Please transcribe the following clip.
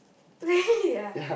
really ah